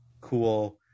cool